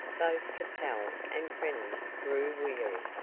both capel and preenham grew weary,